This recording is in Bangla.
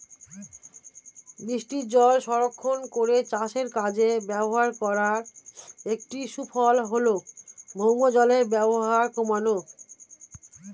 বৃষ্টিজল সংরক্ষণ করে চাষের কাজে ব্যবহার করার একটি সুফল হল ভৌমজলের ব্যবহার কমানো